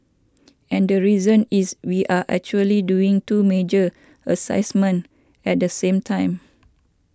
and the reason is we are actually doing two major assignments at the same time